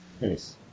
Nice